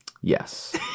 Yes